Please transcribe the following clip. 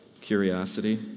curiosity